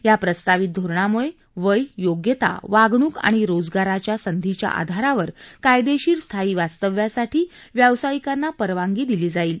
या प्रस्तावित धोरणामुळे वय योग्यता वागणूक आणि रोजगाराच्या संधीच्या आधारावर कायदेशीर स्थायी वास्तव्यासाठी व्यवसायिकांना परवानगी दिली जाईल